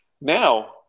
now